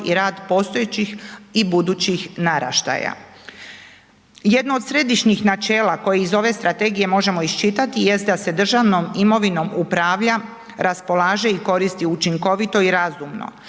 i rad postojećih i budućih naraštaja. Jedno od središnjih načela koje ih ove strategije možemo iščitati da se državnom imovinom upravlja, raspolaže i koristi učinkovito i razumno,